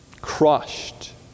crushed